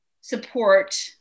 support